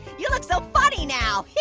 you look so funny now.